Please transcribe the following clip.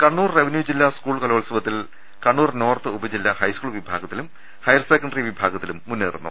Kannur revenue ജില്ലാ school കലോത്സവലത്തിൽ Kannur north ഉപജില്ല ഹൈസ്കൂൾ വിഭാഗത്തിലും ഹയർ സെക്കന്ററി വിഭാഗത്തിലും മുന്നേറുന്നു